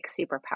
superpower